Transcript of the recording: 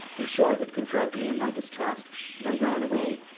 in short, it confirmed me in my distrust and i ran away.